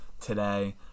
today